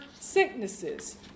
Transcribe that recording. sicknesses